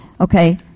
okay